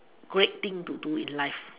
great thing to do in life